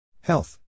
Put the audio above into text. Health